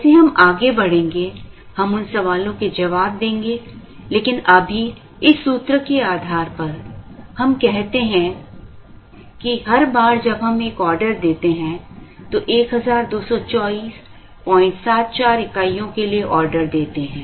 जैसे हम आगे बढ़ेंगे हम उन सवालों के जवाब देंगे लेकिन अभी इस सूत्र के आधार पर हम कहते हैं कि हर बार जब हम एक ऑर्डर देते हैं तो 122474 इकाइयों के लिए ऑर्डर देते हैं